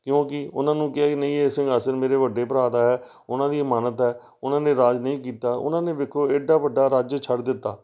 ਕਿਉਂਕਿ ਉਹਨਾਂ ਨੂੰ ਕਿਹਾ ਨਹੀਂ ਇਹ ਸਿੰਘਾਸਨ ਮੇਰੇ ਵੱਡੇ ਭਰਾ ਦਾ ਹੈ ਉਹਨਾਂ ਦੀ ਅਮਾਨਤ ਹੈ ਉਹਨਾਂ ਨੇ ਰਾਜ ਨਹੀਂ ਕੀਤਾ ਉਹਨਾਂ ਨੇ ਦੇਖੋ ਐਡਾ ਵੱਡਾ ਰਾਜਯ ਛੱਡ ਦਿੱਤਾ